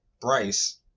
Bryce